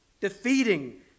defeating